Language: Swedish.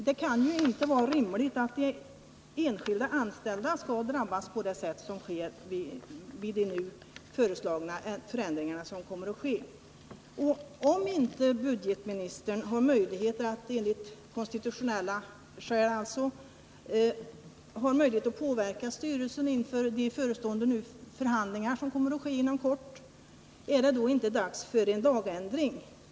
Det kan inte vara rimligt att enskilda anställda drabbas på det sätt som blir följden av de nu föreslagna förändringarna. Om budgetministern av konstitutionella skäl inte kan påverka styrelsen inför de förhandlingar som snart kommer att äga rum, kan man fråga sig om det inte är dags för en lagändring.